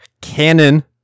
canon